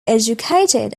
educated